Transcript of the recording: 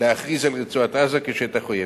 להכריז על רצועת-עזה כשטח אויב.